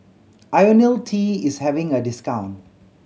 Ionil T is having a discount